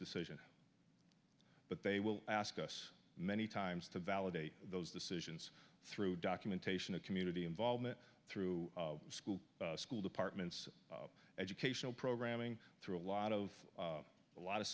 decision but they will ask us many times to validate those decisions through documentation of community involvement through school school departments educational programming through a lot of a lot of